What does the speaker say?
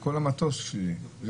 שכל המטוס שלילי.